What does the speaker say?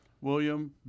William